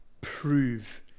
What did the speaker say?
prove